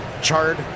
charred